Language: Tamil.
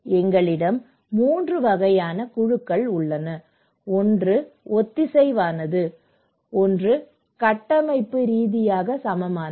எங்களிடம் 3 வகையான குழுக்கள் உள்ளன ஒன்று ஒத்திசைவானது ஒன்று கட்டமைப்பு ரீதியாக சமமானது